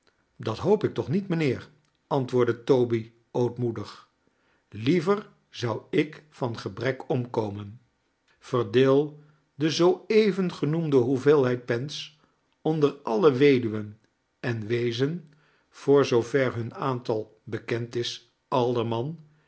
dat hoop ik toch niet mijnheer antwoordde toby ootmoedig liever zou ik van gebrek omkomen verdeel de zooeven genoemde hoeveelheid pens onder alle weduwen en weezen voor zoover hum aantal bekend is alderman